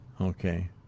Okay